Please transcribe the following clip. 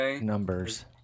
numbers